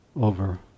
over